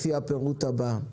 לפי הפירוט הבא: